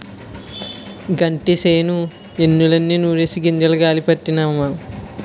గంటిసేను ఎన్నుల్ని నూరిసి గింజలు గాలీ పట్టినాము